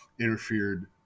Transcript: interfered